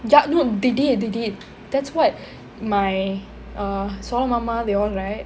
ya no they did they did that's what my err mama they all right